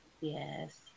Yes